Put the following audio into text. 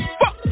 fuck